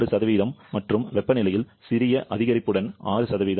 6 மற்றும் வெப்பநிலையில் சிறிய அதிகரிப்புடன் 6